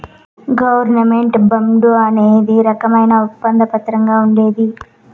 government bond అనేది రకమైన ఒప్పంద పత్రంగా ఉంటది